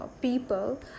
people